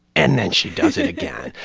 and then she does it again.